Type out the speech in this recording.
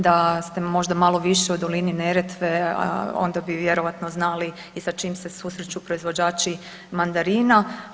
Da ste možda malo više u dolini Neretve, onda bi vjerojatno znali i sa čim se susreću proizvođači mandarina.